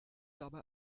dabei